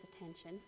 attention